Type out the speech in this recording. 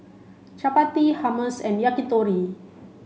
Chapati Hummus and Yakitori